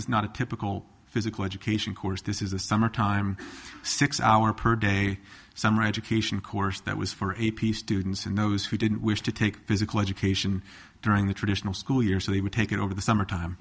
is not a typical physical education course this is a summer time six hour per day summer education course that was for a piece students and those who didn't wish to take physical education during the traditional school year so they would take it over the summer time